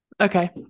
Okay